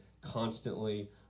constantly